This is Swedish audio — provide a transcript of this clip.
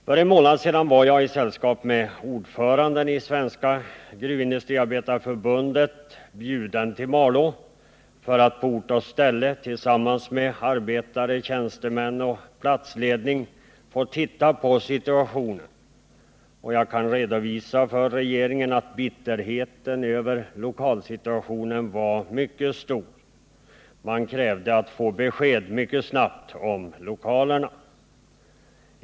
För en månad sedan var jag i sällskap med ordföranden i Svenska gruvindustriarbetareförbundet bjuden till Malå för att på ort och ställe tillsammans med arbetare, tjänstemän och platsledning få titta på förhållandena. Jag kan redovisa för regeringen att bitterheten över lokalsituationen var mycket stor. Man krävde att få ett besked om lokalerna mycket snabbt.